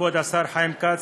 כבוד השר חיים כץ,